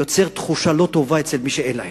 שיוצר תחושה לא טובה למי שאין להם.